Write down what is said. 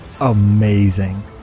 Amazing